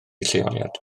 lleoliad